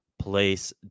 place